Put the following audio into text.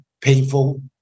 painful